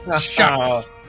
Shots